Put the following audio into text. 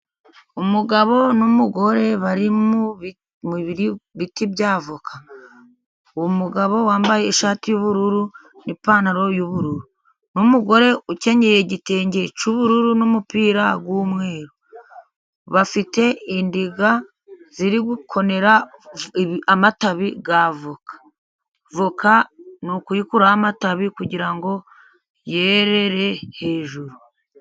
Umugabo umugore bari mu mu biti bya voka umugabo wambaye ishati y'ubururu n'ipantaro y'ubururu, n'umugore ukenyeye igitenge cy'ubururu n'umupira w'umweru, bafite indiga ziri gukonera amatabi ya voka, voka ni ukuyikuraho amatabi kugirango yerere hejuru.